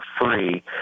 free